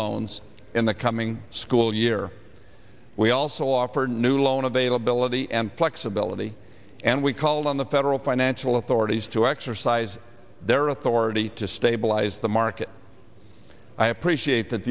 loans in the coming school year we also offer new loan availability and flexibility and we call on the federal financial authorities to exercise their authority to stabilize the market i appreciate that